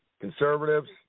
conservatives